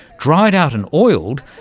dried out and oiled,